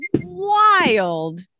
wild